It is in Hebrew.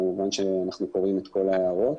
כמובן שאנחנו קוראים את כל ההערות,